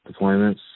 deployments